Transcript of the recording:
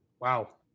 Wow